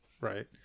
right